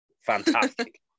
fantastic